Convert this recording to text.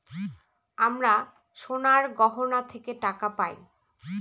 আমরা সোনার গহনা থেকে টাকা পায়